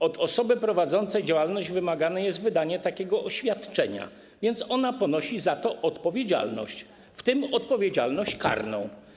Od osoby prowadzącej działalność wymagane jest wydanie takiego oświadczenia, więc ona ponosi za to odpowiedzialność, w tym odpowiedzialność karną.